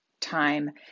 time